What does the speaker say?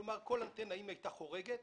כלומר כל אנטנה אם הייתה חורגת